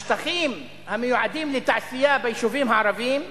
השטחים המיועדים לתעשייה ביישובים הערביים,